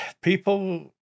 people